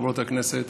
חברות הכנסת,